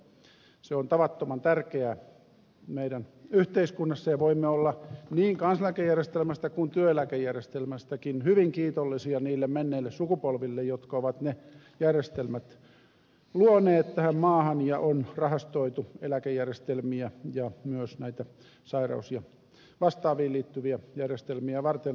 päinvastoin se on tavattoman tärkeä meidän yhteiskunnassamme ja voimme olla niin kansaneläkejärjestelmästä kuin työeläkejärjestelmästäkin hyvin kiitollisia niille menneille sukupolville jotka ovat ne järjestelmät luoneet tähän maahan ja on rahastoitu eläkejärjestelmiä ja myös näitä sairaus ja vastaaviin liittyviä järjestelmiä varten varoja